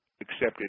Accepted